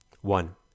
One